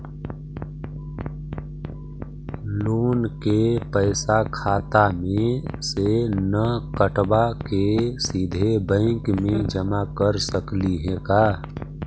Loan के पैसा खाता मे से न कटवा के सिधे बैंक में जमा कर सकली हे का?